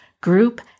group